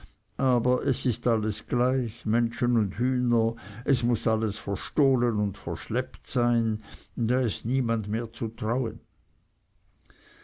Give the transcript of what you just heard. aber es ist alles gleich menschen und hühner es muß alles verstohlen und verschleppt sein da ist niemand mehr zu trauen